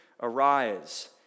Arise